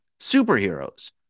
Superheroes